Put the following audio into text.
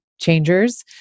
Changers